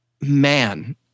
Man